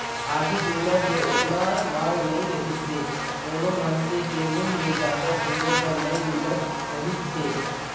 आघू बीमा के ओतना मांग नइ रहीसे कोनो मइनसे के मुंहूँ ले जादा सुने बर नई मिलत रहीस हे